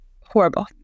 horrible